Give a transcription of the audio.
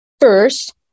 First